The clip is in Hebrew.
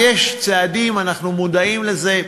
בבקשה, יש צעדים, אנחנו מודעים לזה.